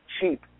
cheap